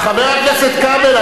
אתה